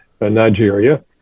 Nigeria